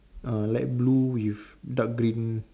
err light blue with dark green